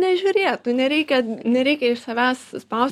nežiūrėt nu nereikia nereikia iš savęs išspaust